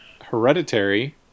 Hereditary